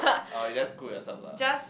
oh you just cook yourself lah